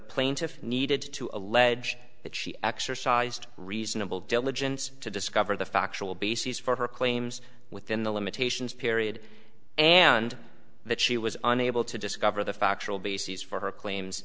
plaintiff needed to allege that she exercised reasonable diligence to discover the factual basis for her claims within the limitations period and that she was unable to discover the factual basis for her claims